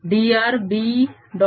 AB120drB2 120dr